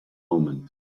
moment